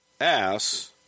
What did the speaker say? ass